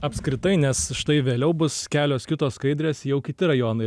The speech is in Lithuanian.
apskritai nes štai vėliau bus kelios kitos skaidrės jau kiti rajonai